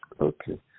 Okay